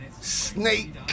snake